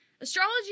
astrology